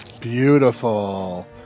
Beautiful